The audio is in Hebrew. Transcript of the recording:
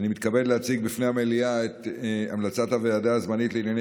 אני מתכבד להציג בפני המליאה את המלצת הוועדה הזמנית לענייני